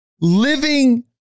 living